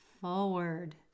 forward